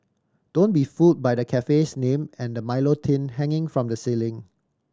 don't be fooled by the cafe's name and the Milo tin hanging from the ceiling